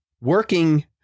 working